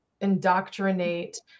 indoctrinate